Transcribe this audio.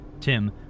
Tim